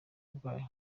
ubwayo